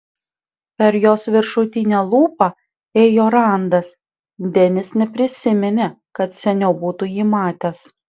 per jos viršutinę lūpą ėjo randas denis neprisiminė kad seniau būtų jį matęs